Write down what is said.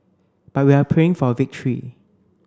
but we are praying for victory